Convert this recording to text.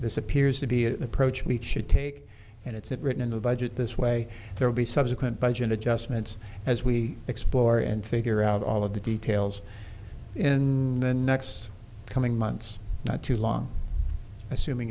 this appears to be an approach we should take and it's not written in the budget this way there will be subsequent budget adjustments as we explore and figure out all of the details in the next coming months not too long assuming